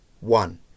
one